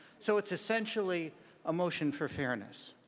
so it's essentially a motion for fairness.